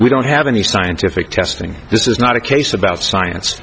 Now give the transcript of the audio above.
we don't have any scientific testing this is not a case about science